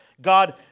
God